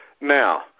Now